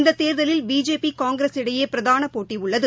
இந்த தேர்தலில் பிஜேபி ஊங்கிரஸ் இடைய பிரதான போட்டி உள்ளது